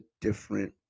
different